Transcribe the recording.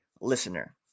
listener